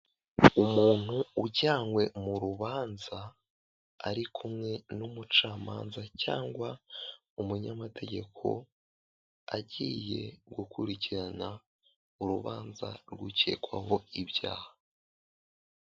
Umuntu ujyanywe mu rubanza, ari kumwe n'umucamanza cyangwa umunyamategeko, agiye gukurikirana urubanza rwukekwaho ibyaha.